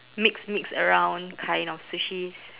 mix mix around kind of sushis